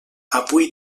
avui